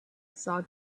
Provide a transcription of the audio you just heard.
saw